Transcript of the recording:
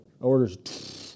Orders